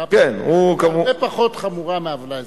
עבירה פלילית היא הרבה פחות חמורה מעוולה אזרחית,